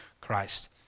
Christ